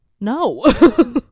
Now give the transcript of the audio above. No